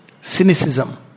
Cynicism